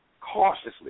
cautiously